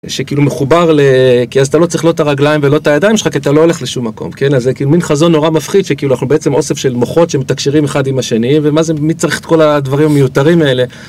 שכאילו מחובר, כי אז אתה לא צריך ללא את הרגליים ולא את הידיים שלך, כי אתה לא הולך לשום מקום, כן? אז זה כאילו מן חזון נורא מפחיד, שכאילו אנחנו בעצם אוסף של מוחות שמתקשרים אחד עם השני, ומה זה, מי צריך את כל הדברים המיותרים האלה?